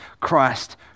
Christ